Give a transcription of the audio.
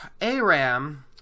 Aram